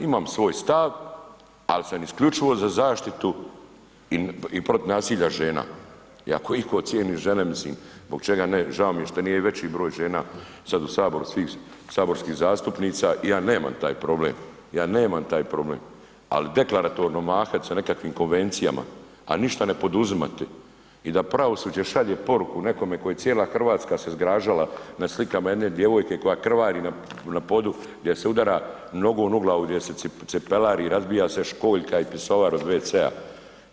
Imam svoj stav, al sam isključivo za zaštitu i protiv nasilja žena i ako iko cijeni žene, mislim, zbog čega ne, žao mi je što nije veći broj žena sad u saboru svih saborskih zastupnica, ja nemam taj problem, ja nemam taj problem, ali deklaratorno mahat sa nekakvim konvencijama, a ništa ne poduzimati i da pravosuđe šalje poruku nekome koje cijela Hrvatska se zgražala na slikama jedne djevojke koja krvari na podu gdje se udara nogom u glavu, gdje se cipelari i razbija se školjka i pisoar od WC-a.